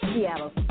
Seattle